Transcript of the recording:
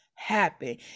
happen